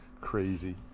Crazy